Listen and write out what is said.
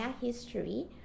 history